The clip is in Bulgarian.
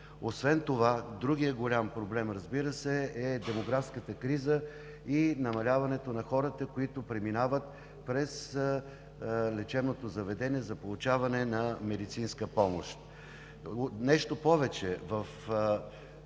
Освен това, другият голям проблем, разбира се, е демографската криза и намаляването на хората, които преминават през лечебното заведение за получаване на медицинска помощ. Нещо повече.